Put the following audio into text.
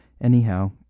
Anyhow